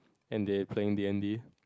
and they playing D-and-D